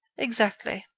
exactly.